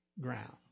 ground